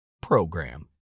PROGRAM